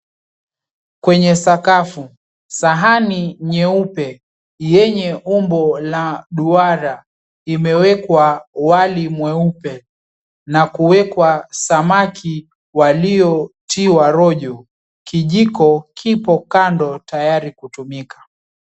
Kwenye sakafu, sahani nyeupe yenye umbo la duara imewekwa wali mweupe na kuwekwa samaki walio tiwa rojo. Kijiko kipo kando tayari kutumika.